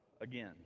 again